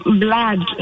blood